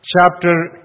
chapter